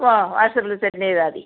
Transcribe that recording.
ഓ WhatsApp ഇൽ send ചെയ്താൽ മതി